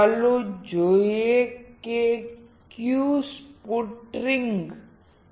ચાલો જોઈએ કે કયું સ્પુટરિંગ છે